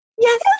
yes